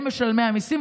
הם משלמי המיסים,